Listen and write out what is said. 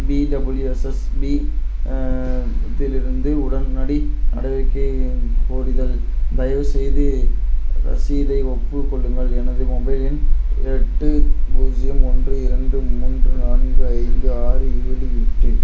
B W S S B இலிருந்து உடனடி நடவடிக்கையை கோரிதல் தயவுசெய்து ரசீதை ஒப்புக் கொள்ளுங்கள் எனது மொபைல் எண் எட்டு பூஜ்ஜியம் ஒன்று இரண்டு மூன்று நான்கு ஐந்து ஆறு ஏழு எட்டு